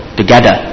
together